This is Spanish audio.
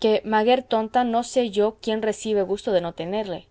que maguer tonta no sé yo quién recibe gusto de no tenerle